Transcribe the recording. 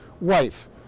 wife